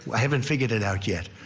i haven't figured it out yet.